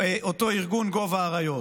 ארגון גוב האריות.